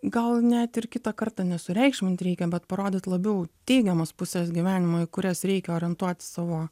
gal net ir kitą kartą nesureikšmint reikia bet parodyt labiau teigiamas puses gyvenimo į kurias reikia orientuoti savo